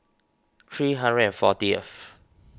three hundred and forty S